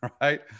right